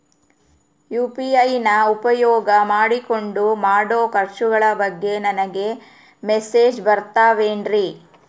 UPI ನ ಉಪಯೋಗ ಮಾಡಿಕೊಂಡು ಮಾಡೋ ಖರ್ಚುಗಳ ಬಗ್ಗೆ ನನಗೆ ಮೆಸೇಜ್ ಬರುತ್ತಾವೇನ್ರಿ?